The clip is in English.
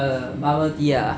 err bubble tea ah